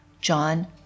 John